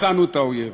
מצאנו את האויב.